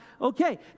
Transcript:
Okay